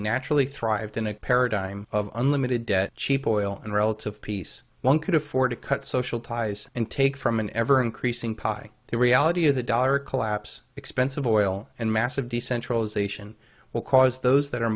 naturally thrived in a paradigm of unlimited debt cheap oil and relative peace one could afford to cut social ties and take from an ever increasing poverty the reality of the dollar collapse expensive oil and massive decentralisation will cause those that are